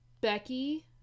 Becky